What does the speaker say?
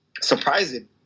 Surprising